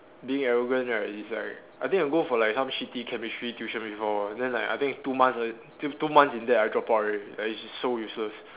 being arrogant right is like I think I go for like some shitty Chemistry tuition before then like I think two months in there two two months in there I drop out already it's so useless